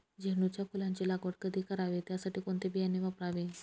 झेंडूच्या फुलांची लागवड कधी करावी? त्यासाठी कोणते बियाणे वापरावे?